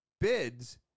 bids